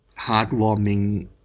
heartwarming